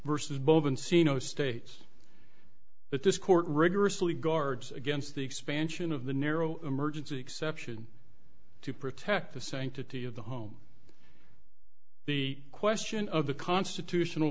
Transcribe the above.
encino states that this court rigorously guards against the expansion of the narrow emergency exception to protect the sanctity of the home the question of the constitutional